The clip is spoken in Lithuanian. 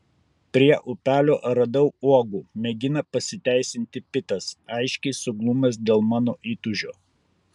prie upelio radau uogų mėgina pasiteisinti pitas aiškiai suglumęs dėl mano įtūžio